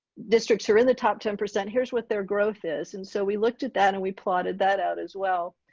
districts are in the top ten percent here's what their growth is. and so we looked at that and we plotted that out as well.